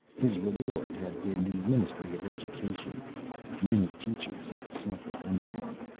his reward had been the ministry of education many teachers had suffered under him.